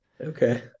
okay